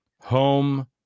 home